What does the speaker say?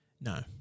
No